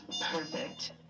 perfect